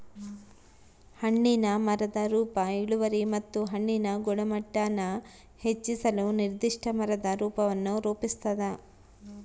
ಹಣ್ಣಿನ ಮರದ ರೂಪ ಇಳುವರಿ ಮತ್ತು ಹಣ್ಣಿನ ಗುಣಮಟ್ಟಾನ ಹೆಚ್ಚಿಸಲು ನಿರ್ದಿಷ್ಟ ಮರದ ರೂಪವನ್ನು ರೂಪಿಸ್ತದ